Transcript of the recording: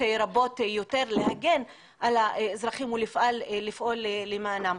רבות יותר להגן על האזרחים ולפעול למענם.